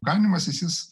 ganymasis jis